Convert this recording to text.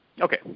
okay